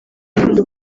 rukundo